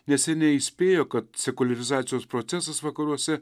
neseniai įspėjo kad sekuliarizacijos procesas vakaruose